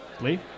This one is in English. Lee